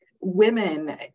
women